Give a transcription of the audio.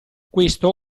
questo